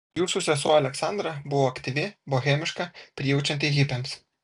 jūsų sesuo aleksandra buvo aktyvi bohemiška prijaučianti hipiams